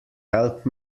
help